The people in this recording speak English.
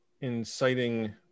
inciting